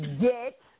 get